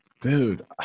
Dude